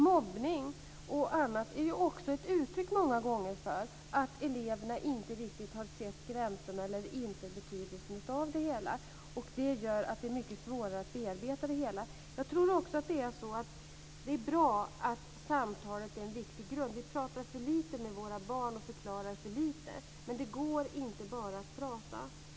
Mobbning och annat är många gånger också ett uttryck för att eleverna inte riktigt har sett gränserna eller insett betydelsen av det hela. Det gör att det är mycket svårare att bearbeta det hela. Jag tror också att samtalet är en viktig grund. Vi pratar för lite med våra barn och förklarar för lite, men det går inte att bara prata.